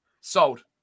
Sold